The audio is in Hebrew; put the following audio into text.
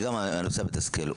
זה גם הנושא המתסכל,